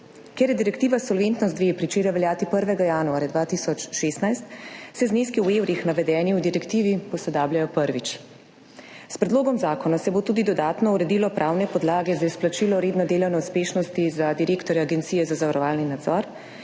Ker je direktiva Solventnost II pričela veljati 1. januarja 2016, se zneski v evrih, navedeni v direktivi, posodabljajo prvič. S predlogom zakona se bo tudi dodatno uredilo pravne podlage za izplačilo redne delovne uspešnosti za direktorja Agencije za zavarovalni nadzor,